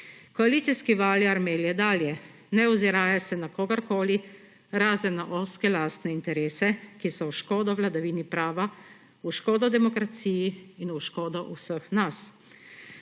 Koalicijski valjar melje dalje ne oziraje se na kogarkoli, razen na ozke lastne interese, ki so v škodo vladavini prava, v škodo demokraciji in v škodo vseh nas.